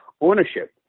ownership